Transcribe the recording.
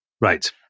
Right